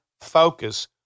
focus